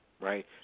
right